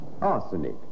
arsenic